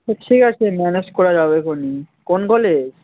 তা ঠিক আছে ম্যানেজ করা যাবেখনি কোন কলেজ